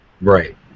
Right